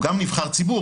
הוא גם נבחר ציבור,